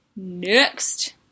next